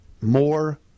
More